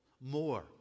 more